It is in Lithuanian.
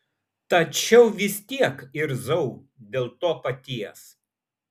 tačiau vis tiek irzau dėl to paties